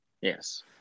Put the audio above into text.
yes